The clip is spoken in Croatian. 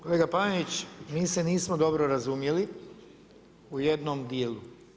Kolega Panenić, mi se nismo dobro razumjeli u jednom dijelu.